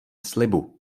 slibu